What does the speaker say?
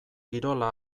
kirola